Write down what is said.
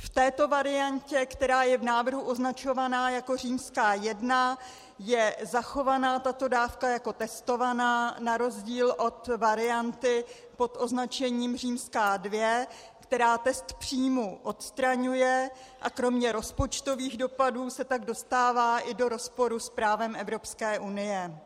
V této variantě, která je v návrhu označovaná jako římská jedna, je zachovaná tato dávka jako testovaná, na rozdíl od varianty pod označením římská dvě, která test příjmů odstraňuje, a kromě rozpočtových dopadů se tak dostává i do rozporu s právem Evropské unie.